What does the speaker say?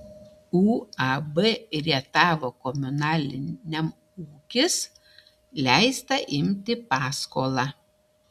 uab rietavo komunaliniam ūkis leista imti paskolą